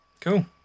Cool